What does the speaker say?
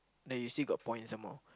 there you see got point some more